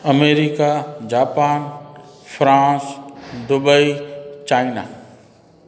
America Japan France Dubai China